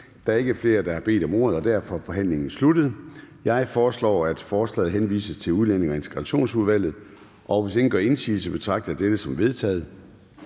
Der er ikke flere, der har bedt om ordet, og derfor er forhandlingen sluttet. Jeg foreslår, at forslaget til folketingsbeslutning henvises til Udlændinge- og Integrationsudvalget, og hvis ingen gør indsigelse, betragter jeg dette som vedtaget.